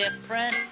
different